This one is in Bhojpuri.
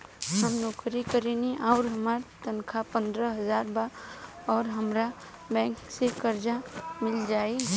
हम नौकरी करेनी आउर हमार तनख़ाह पंद्रह हज़ार बा और हमरा बैंक से कर्जा मिल जायी?